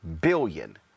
billion